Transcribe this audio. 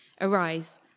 Arise